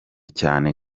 cyane